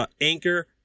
Anchor